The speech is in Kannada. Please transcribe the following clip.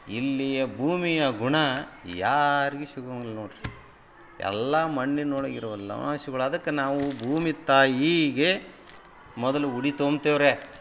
ಇಲ್ಲಿಯ ಭೂಮಿಯ ಗುಣ ಯಾರ್ಗೂ ಸಿಗುವಂಲ್ ನೋಡಿರಿ ಎಲ್ಲ ಮಣ್ಣಿನೊಳಗಿರುವ ಲವಣಾಂಶಗಳು ಅದಕ್ಕೇ ನಾವು ಭೂಮಿತಾಯಿಗೆ ಮೊದಲು ಉಡಿ ತುಂಬ್ತೇವೆ ರೀ